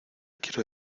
quiero